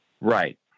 Right